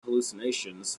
hallucinations